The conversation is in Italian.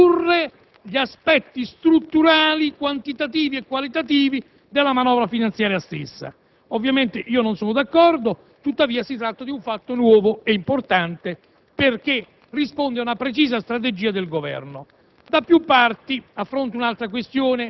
permesso di ridurre gli aspetti strutturali, quantitativi e qualitativi, della manovra finanziaria stessa. Ovviamente non sono d'accordo. Tuttavia si tratta di un fatto nuovo ed importante perché risponde ad una precisa strategia del Governo.